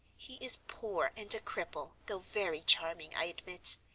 he is poor, and a cripple, though very charming, i admit.